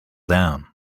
down